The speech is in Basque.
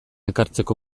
ekartzeko